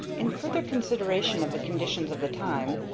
in further consideration of the conditions of the time,